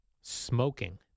Smoking